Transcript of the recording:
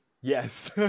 yes